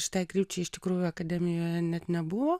šitai krypčiai iš tikrųjų akademijoje net nebuvo